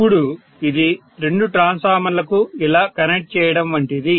ఇప్పుడు ఇది రెండు ట్రాన్స్ఫార్మర్లకు ఇలా కనెక్ట్ చేయడం వంటిది